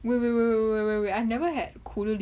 wait wait wait wait wait wait wait we I've never had 苦榴莲